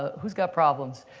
who's got problems?